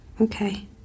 Okay